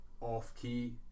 off-key